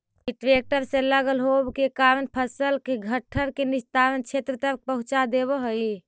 इ ट्रेक्टर से लगल होव के कारण फसल के घट्ठर के निस्तारण क्षेत्र तक पहुँचा देवऽ हई